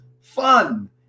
fun